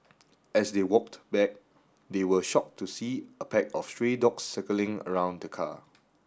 as they walked back they were shocked to see a pack of stray dogs circling around the car